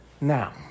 Now